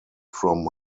from